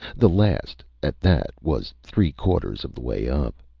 the last, at that, was three-quarters of the way up.